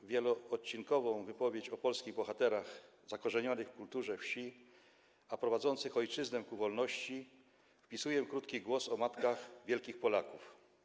W wieloodcinkową wypowiedź o polskich bohaterach zakorzenionych w kulturze wsi, a prowadzących ojczyznę ku wolności, wpisuję krótki głos o matkach wielkich Polaków.